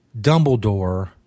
Dumbledore